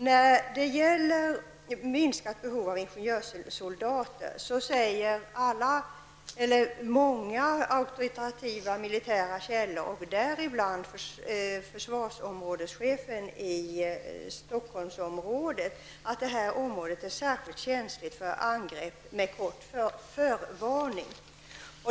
När det gäller ett minskat behov av ingenjörssoldater säger många auktoritativa militära källor, däribland försvarsområdeschefen i Stockholmsområdet, att detta område är särskilt känsligt för angrepp med kort förvarning.